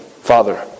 Father